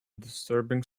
disturbing